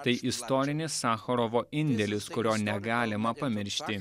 tai istorinis sacharovo indėlis kurio negalima pamiršti